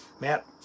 Matt